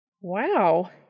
Wow